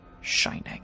Shining